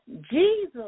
Jesus